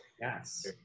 Yes